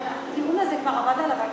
הטיעון הזה כבר אבד עליו הכלח,